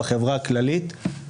בחברה הכללית.